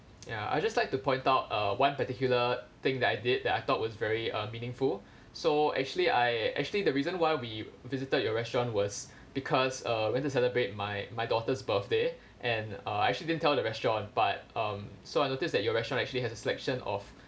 ya I'd just like to point out uh one particular thing that I did that I thought was very uh meaningful so actually I actually the reason why we visited your restaurant was because uh went to celebrate my my daughter's birthday and uh I actually didn't tell the restaurant but um so I noticed that your restaurant actually has a selection of